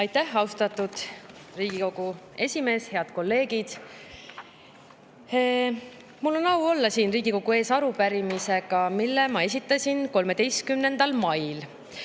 Aitäh, austatud Riigikogu esimees! Head kolleegid! Mul on au olla siin Riigikogu ees arupärimisega, mille ma esitasin 13. mail.